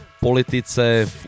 politice